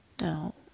no